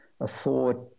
afford